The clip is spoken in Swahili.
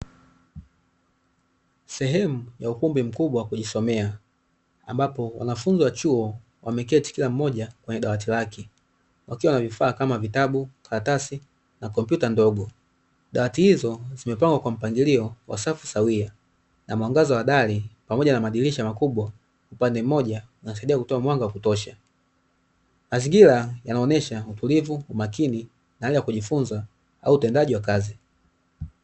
Sehemu ya ukumbi mkubwa wa kujisomea, ambapo wanafunzi wa chuo wameketi kila mmoja kwenye dawati lake, wakiwa na vifaa kama vitabu, karatasi na kompyuta ndogo. Dawati hizo zimepangwa kwa mpangilio wa safu sawia na mwangaza wa dari pamoja na madirisha makubwa upande mmoja, unasaidia kutoa mwanga wa kutosha. Mazingira yanaonesha utulivu, umakini na hali ya kujifunza au utendaji wa kazi .